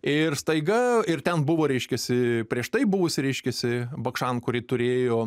ir staiga ir ten buvo reiškiasi prieš tai buvusi reiškiasi bakšan kuri turėjo